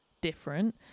different